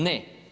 Ne.